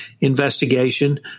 investigation